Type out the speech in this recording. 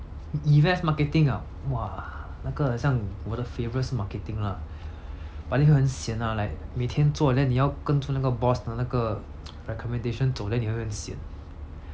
events marketing ah !wah! 那个很像我的 favourite 是 marketing lah but then 会很 sian lah like 每天做 then 你要跟着那个 boss 的那个 recommendation 走 then 你会很 sian